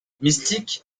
mystique